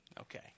Okay